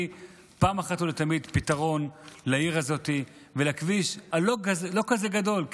פעם אחת ולתמיד פתרון לעיר הזאת ולכביש הלא-כזה-גדול.